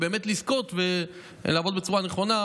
לזכות ולעבוד בצורה נכונה,